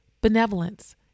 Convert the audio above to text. benevolence